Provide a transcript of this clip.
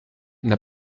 n’a